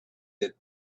that